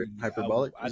hyperbolic